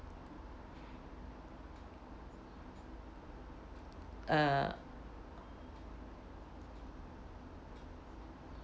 err